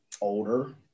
older